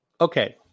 Okay